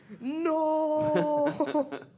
No